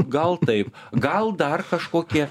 gal taip gal dar kažkokie